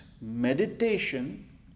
meditation